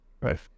right